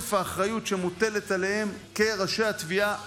מתוקף האחריות שמוטלת עליהם כראשי התביעה הכללית,